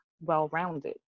well-rounded